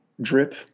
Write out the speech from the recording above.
drip